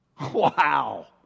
Wow